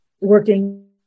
working